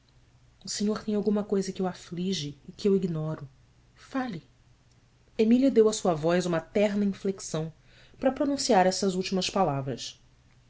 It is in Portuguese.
o senhor tem alguma coisa que o aflige e que eu ignoro fale emília deu à sua voz uma terna inflexão para pronunciar estas últimas palavras